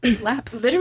laps